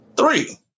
Three